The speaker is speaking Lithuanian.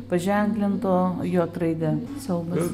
paženklinto jot raide siaubas